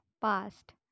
past